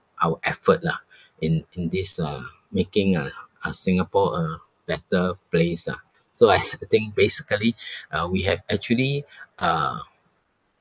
our effort lah in in this uh making uh uh singapore a better place ah so I think basically uh we have actually uh